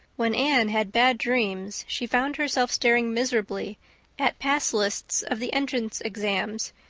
when anne had bad dreams she found herself staring miserably at pass lists of the entrance exams,